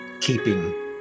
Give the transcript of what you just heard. keeping